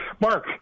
Mark